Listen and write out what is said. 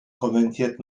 kommentiert